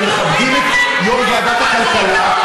כי אנחנו מכבדים את יו"ר ועדת הכלכלה,